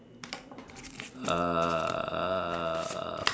uh